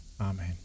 Amen